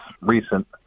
recent